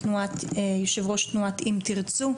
יו"ר תנועת אם תרצו.